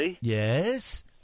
Yes